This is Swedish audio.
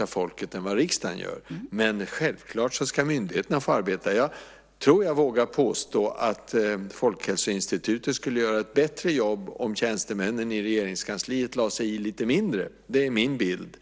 av folket än vad riksdagen gör. Men självklart ska myndigheterna få arbeta. Jag tror jag vågar påstå att Folkhälsoinstitutet skulle göra ett bättre jobb om tjänstemännen i Regeringskansliet lade sig i lite mindre. Det är min bild.